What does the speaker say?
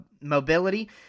mobility